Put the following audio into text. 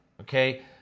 okay